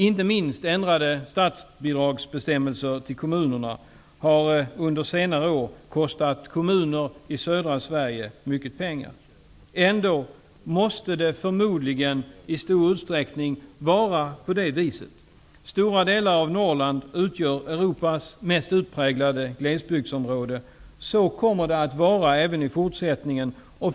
Inte minst ändrade statsbidragsbestämmelser till kommunerna har under senare år kostat kommuner i södra Sverige mycket pengar. Ändå måste det förmodligen i stor utsträckning vara på det viset. Stora delar av Norrland utgör Europas mest utpräglade glesbygdsområde. Så kommer det att vara även i fortsättningen.